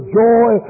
joy